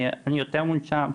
אני יותר מונשם,